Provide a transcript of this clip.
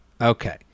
Okay